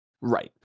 Right